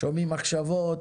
שומעים מחשבות.